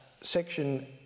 section